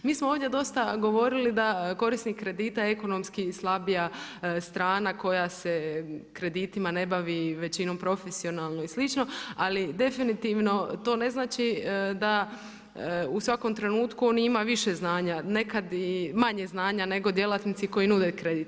Mi smo ovdje dosta govorili da korisnik kredita ekonomski slabija strana koja se kreditima ne bavi, većinom profesionalno i slično ali definitivno to ne znači da u svakom trenutku on ima više znanja, nekad i manje znanja nego djelatnici koji nude kredit.